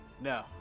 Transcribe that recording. No